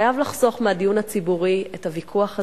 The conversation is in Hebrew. חייב לחסוך מהדיון הציבורי את הוויכוח הזה,